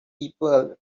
people